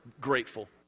Grateful